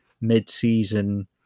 mid-season